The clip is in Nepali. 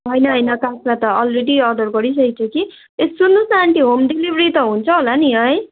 होइन होइन काँक्रा त अलरेडी अर्डर गरिसकेको छु कि ए सुन्नुहोस् न आन्टी होम डेलिभरी त हुन्छ होला नि है